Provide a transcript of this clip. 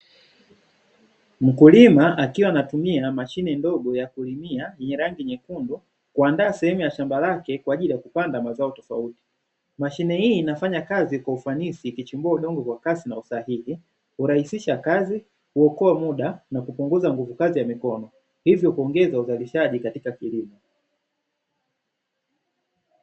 Mkulima akiwa anatumia mashine ndogo ya kulimia yenye rangi nyekundu kuandaa sehemu ya shamba lake kwa ajili ya kupanda mazao tofauti; mashine hii inafanya kazi kwa ufanisi, ikichimbua udongo kwa kasi na usahihi, kurahisisha kazi, kuokoa muda na kupunguza nguvu kazi ya mikono, hivyo kuongeza uzalishaji katika kilimo.